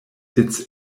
its